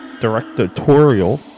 directorial